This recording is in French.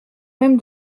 même